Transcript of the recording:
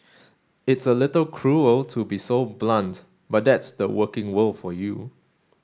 it's a little cruel to be so blunt but that's the working world for you